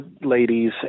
ladies